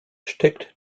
steckt